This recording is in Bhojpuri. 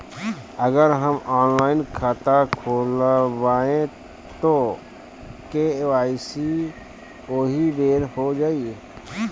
अगर हम ऑनलाइन खाता खोलबायेम त के.वाइ.सी ओहि बेर हो जाई